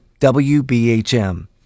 WBHM